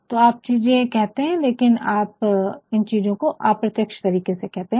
तो आप चीज़े कहते है लेकिन आप इन चीज़ो को अप्रत्यक्ष तरीके से कहते है